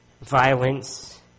violence